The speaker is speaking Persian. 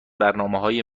برنامههای